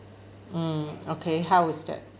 mm okay how was that